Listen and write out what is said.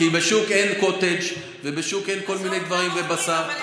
כי בשוק אין קוטג' ובשוק אין כל מיני דברים, ובשר.